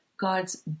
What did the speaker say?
God's